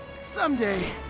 Someday